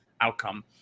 outcome